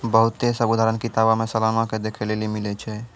बहुते सभ उदाहरण किताबो मे सलाना के देखै लेली मिलै छै